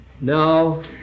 now